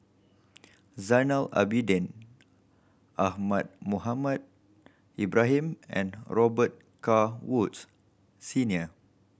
Zainal Abidin Ahmad Mohamed Ibrahim and Robet Carr Woods Senior